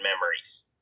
Memories